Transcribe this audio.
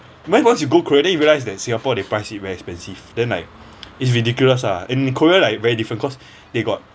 once you go korea then you realise that singapore they price it very expensive then like is ridiculous ah in korea like very different cause they got